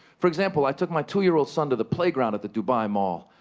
for example, i took my two-year-old son to the playground at the dubai mall.